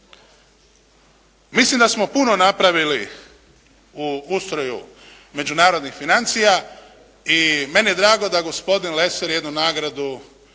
mislim da smo puno napravili u ustroju međunarodnih financija i meni je drago da gospodin Lesar jednu nagradu